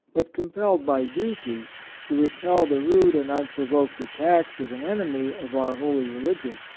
but compelled by duty to repel the rude and unprovoked attacks of an enemy of our holy religion.